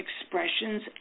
expressions